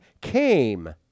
came